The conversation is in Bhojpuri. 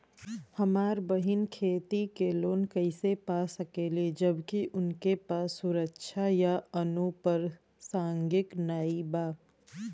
हमार बहिन खेती के लोन कईसे पा सकेली जबकि उनके पास सुरक्षा या अनुपरसांगिक नाई बा?